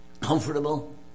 comfortable